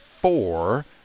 four